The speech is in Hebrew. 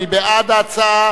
להצביע, מי בעד ההצעה?